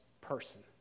person